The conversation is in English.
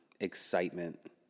excitement